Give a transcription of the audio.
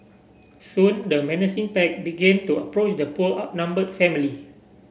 soon the menacing pack begin to approach the poor outnumbered family